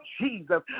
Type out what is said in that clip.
Jesus